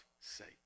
sake